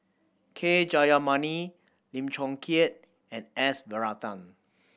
K Jayamani Lim Chong Keat and S Varathan